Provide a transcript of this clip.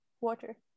water